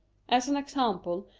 as an example,